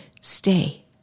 stay